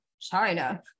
China